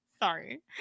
Sorry